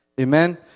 amen